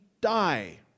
die